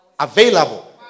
Available